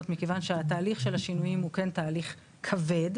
מכיוון שהתהליך של השינויים הוא כן תהליך כבד,